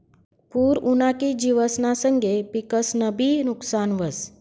पूर उना की जिवसना संगे पिकंसनंबी नुकसान व्हस